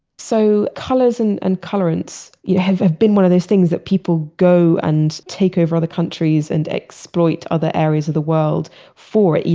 so colors and and colorants have been one of those things that people go and take over other countries and exploit other areas of the world for it.